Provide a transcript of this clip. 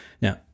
Now